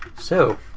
so,